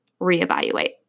reevaluate